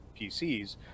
PCs